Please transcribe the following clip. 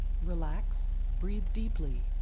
relax, breathe deeply,